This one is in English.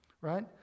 right